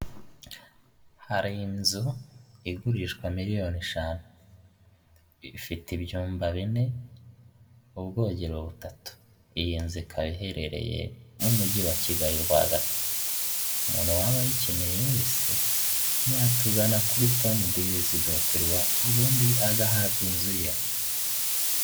Hari inzu igurishwa miriyoni eshanu, ifite ibyumba bine, ubwogero butatu, iyi nzu ikaba iherereye mu mujyi wa Kigali rwagati, umuntu waba ayikeneye wese yatugana kuri tomu deyirizi doti rwa ubundi agahabwa inzu ye.